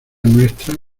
nuestra